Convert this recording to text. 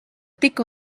tik